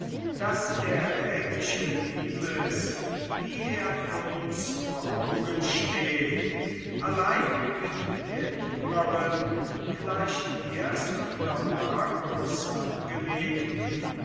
daß der rätische limes wie er uns vor augen steht allein mit der jüngeren vielleicht erst unter marcus angelegten